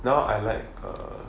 now I like err